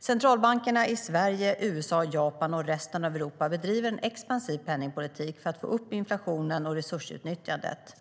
Centralbankerna i Sverige, USA, Japan och resten av Europa bedriver en expansiv penningpolitik för att få upp inflationen och resursutnyttjandet.